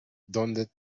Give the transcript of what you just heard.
dónde